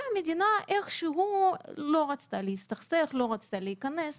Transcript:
אבל המדינה לא רצתה להסתכסך ולא רצתה להיכנס לזה.